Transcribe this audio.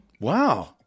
wow